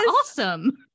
awesome